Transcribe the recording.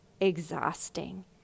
exhausting